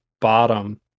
bottom